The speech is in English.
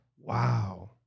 wow